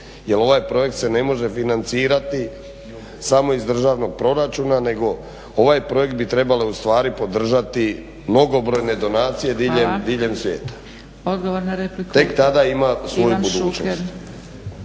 Jer ovaj projekt se ne može financirati samo iz državnog proračuna nego ovaj projekt bi trebale ustvari podržati mnogobrojne donacije diljem svijeta. Tek tada ima svoju budućnost.